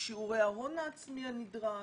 שיעורי ההון העצמי הנדרש.